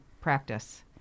practice